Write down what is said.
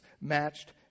matched